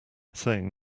saying